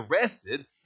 arrested